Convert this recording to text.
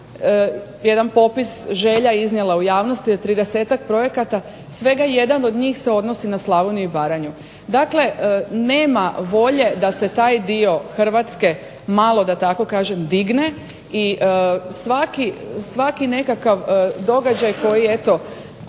jedan popis želja iznijela u javnosti od 30-ak projekata. Svega 1 od njih se odnosi na Slavoniju i Baranju. Dakle, nema volje da se taj dio Hrvatske malo, da tako kažem, digne i svaki nekakav događaj koji eto